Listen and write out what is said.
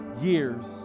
years